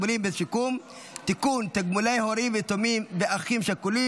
ומועצות אזוריות שאין בהן מועצות דתיות),